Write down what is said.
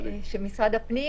בצורה מסודרת